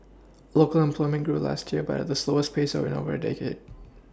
local employment grew last year but at the slowest pace in over a decade